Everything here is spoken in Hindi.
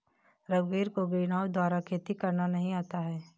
रघुवीर को ग्रीनहाउस द्वारा खेती करना नहीं आता है